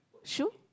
shoe